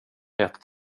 rätt